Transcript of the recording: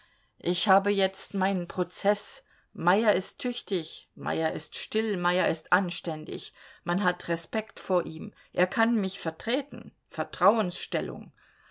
ich habe jetzt meinen prozeß meyer ist tüchtig meyer ist still meyer ist anständig man hat respekt vor ihm er kann mich vertreten